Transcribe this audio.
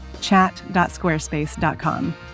chat.squarespace.com